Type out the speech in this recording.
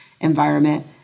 environment